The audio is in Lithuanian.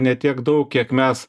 ne tiek daug kiek mes